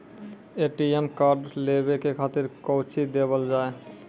ATM card लेवे के खातिर कौंची देवल जाए?